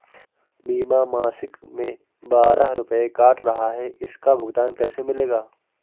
बीमा मासिक में बारह रुपय काट रहा है इसका भुगतान कैसे मिलेगा?